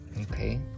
Okay